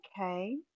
okay